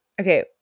okay